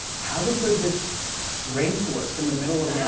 how is there this rainforest in the middle of